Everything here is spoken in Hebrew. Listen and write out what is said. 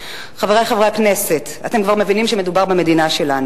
מרחק הינתנו מבית המבוטח,